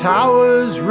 Towers